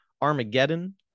Armageddon